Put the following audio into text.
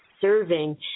serving